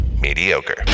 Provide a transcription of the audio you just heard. mediocre